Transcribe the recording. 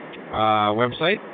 website